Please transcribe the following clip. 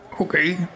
Okay